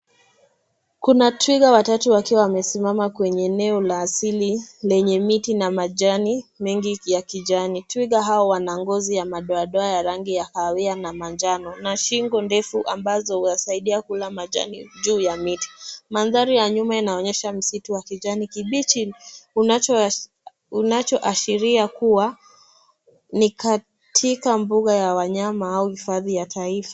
Kuna twiga watatu wakiwa wamesimama kwenye eneo la asili lenye miti na majani mengi ya kijani. Twiga hawa wana ngozi ya madoa doa ya rangi ya kahawia na manjano. Na shingo ndefu ambazo huwasaidia kula majani juu ya miti. Mandhari ya nyuma inaonyesha misitu wa kijani kibichi unachoashiria kuwa ni katika mbuga ya wanyama au hifadhi ya taifa.